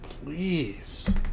Please